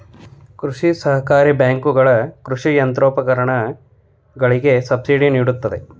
ಕೃಷಿ ಸಹಕಾರಿ ಬ್ಯಾಂಕುಗಳ ಕೃಷಿ ಯಂತ್ರೋಪಕರಣಗಳಿಗೆ ಸಬ್ಸಿಡಿ ನಿಡುತ್ತವೆ